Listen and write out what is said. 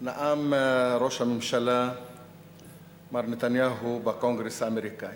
נאם ראש הממשלה מר נתניהו בקונגרס האמריקני,